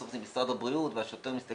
בסוף זה משרד הבריאות והשוטר מסתכל.